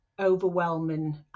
overwhelming